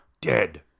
dead